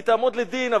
היא תעמוד לדין,